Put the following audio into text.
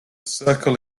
circle